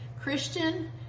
Christian